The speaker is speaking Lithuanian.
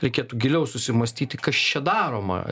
reikėtų giliau susimąstyti kas čia daroma